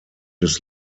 des